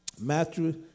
Matthew